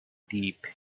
deep